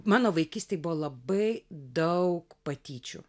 mano vaikystėj buvo labai daug patyčių